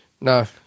no